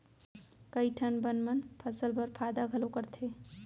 कई ठन बन मन फसल बर फायदा घलौ करथे